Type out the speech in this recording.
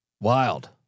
Wild